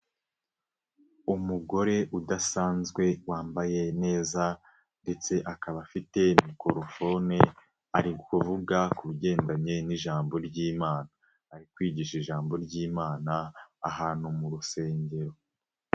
Umugore udasanzwe wambaye neza ndetse akaba afite mikorofone ari uku kuvuga ku bigendanye n'ijambo ry'Imana, ari kwigisha ijambo ry'Imana ahantu mu rusengero.